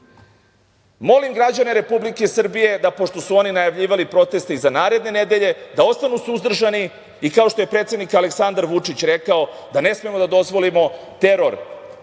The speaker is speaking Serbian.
građane Republike Srbije da, pošto su oni najavljivali proteste i za naredne nedelje, ostanu suzdržani i, kao što je predsednik Aleksandar Vučić rekao, ne smemo da dozvolimo teror